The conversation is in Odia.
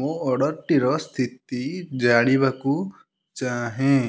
ମୋ ଅର୍ଡ଼ର୍ଟିର ସ୍ଥିତି ଜାଣିବାକୁ ଚାହେଁ